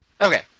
okay